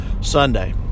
Sunday